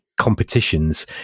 competitions